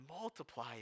multiply